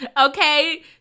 okay